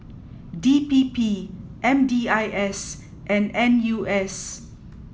D P P M D I S and N U S